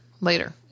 later